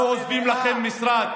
אנחנו עוזבים לכם משרד,